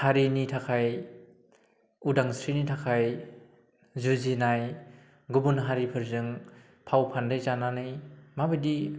हारिनि थाखाय उदांस्रिनि थाखाय जुजिनाय गुबुन हारिफोरजों फाव फानदाय जानानै माबायदि